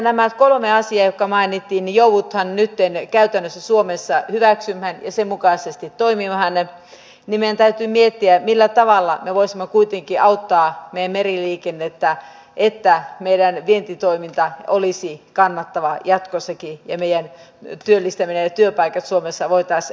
nämä kolme asiaa jotka mainitsin käytännössä joudutaan nytten suomessa hyväksymään ja sen mukaisesti toimimaan ja meidän täytyy miettiä millä tavalla me voisimme kuitenkin auttaa meidän meriliikennettämme että meidän vientitoimintamme olisi kannattavaa jatkossakin ja meidän työllistäminen ja työpaikat suomessa voitaisiin turvata